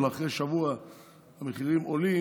אחרי שבוע המחירים עולים.